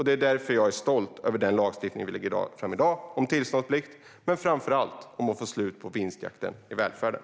Därför är jag stolt över den lagstiftning om tillståndsplikt som vi lägger fram i dag. Framför allt handlar det om att få slut på vinstjakten inom välfärden.